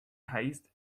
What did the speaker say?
haste